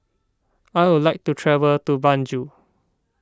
I would like to travel to Banjul